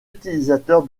utilisateurs